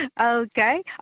Okay